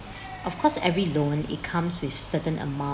of course every loan it comes with certain amount